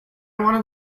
want